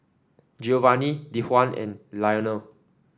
Giovanny Dejuan and Lionel